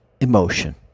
emotion